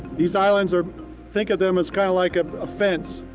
these islands are think of them as kind of like a fence,